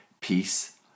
peace